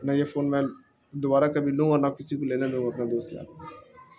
نہ یہ فون میں دوبارہ کبھی لوں گ اور نہ کسی کو لینے لوں اپنے دوست سےیاپ